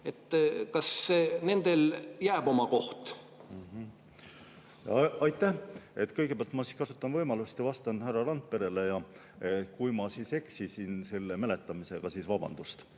Kas nendele jääb oma koht? Aitäh! Kõigepealt ma kasutan võimalust ja vastan härra Randperele: kui ma eksisin mäletamisega, siis vabandust.